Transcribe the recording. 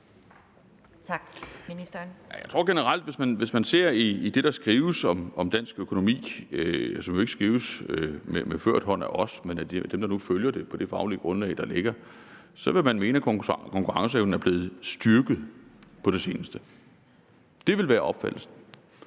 jeg tror generelt, hvis man ser det, der skrives om dansk økonomi, som jo ikke skrives med ført hånd af os, men af dem, der nu følger det på det faglige grundlag, der ligger, at man så vil mene, at konkurrenceevnen er blevet styrket på det seneste. Det vil være opfattelsen.